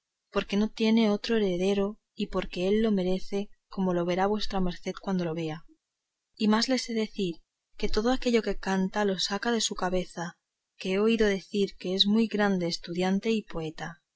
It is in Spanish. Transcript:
porque no tiene otro heredero y porque él lo merece como lo verá vuestra merced cuando le vea y más le sé decir que todo aquello que canta lo saca de su cabeza que he oído decir que es muy gran estudiante y poeta